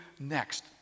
next